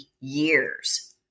years